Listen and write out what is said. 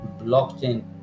blockchain